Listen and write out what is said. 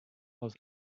aus